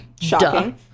shocking